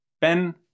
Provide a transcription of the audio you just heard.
Ben